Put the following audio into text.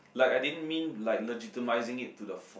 like I didn't mean like legitimizing to the